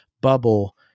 bubble